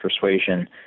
persuasion